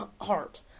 heart